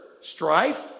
strife